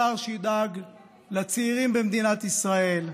שר שידאג לצעירים במדינת ישראל,